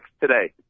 today